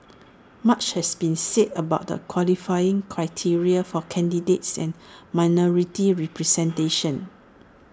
much has been said about the qualifying criteria for candidates and minority representation